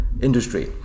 industry